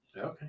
okay